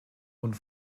und